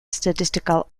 statistical